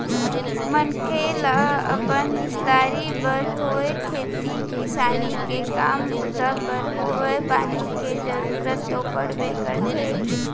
मनखे ल अपन निस्तारी बर होय खेती किसानी के काम बूता बर होवय पानी के जरुरत तो पड़बे करथे